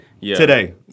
Today